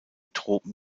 tropen